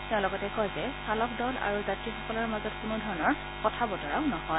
তেওঁ লগতে কয় যে চালক দল আৰু যাগ্ৰীসকলৰ মাজত কোনো ধৰণৰ কথা বতৰা নহয়